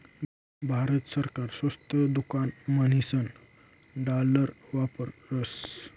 भारत सरकार स्वस्त दुकान म्हणीसन डालर वापरस